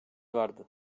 vardı